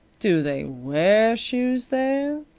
do they wear shoes there?